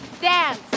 dance